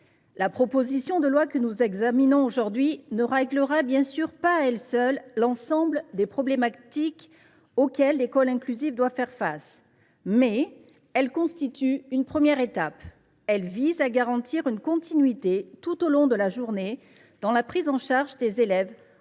la proposition de loi que nous examinons aujourd’hui ne réglera pas à elle seule l’ensemble des problématiques auxquelles l’école inclusive doit faire face. Mais elle constitue une première étape. Il s’agit de garantir une continuité tout au long de la journée dans la prise en charge des élèves en